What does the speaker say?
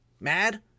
mad